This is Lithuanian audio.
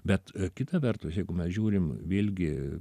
bet kita vertus jeigu mes žiūrim vėlgi